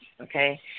okay